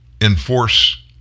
enforce